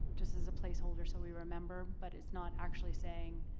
just as a placeholder so we remember, but it's not actually saying